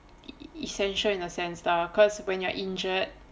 essential in a sense lah cause when you're injured